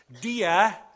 dia